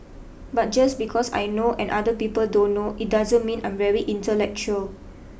but just because I know and other people don't know it doesn't mean I'm very intellectual